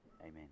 Amen